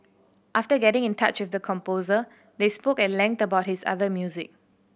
after getting in touch with the composer they spoke at length about his other music